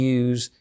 use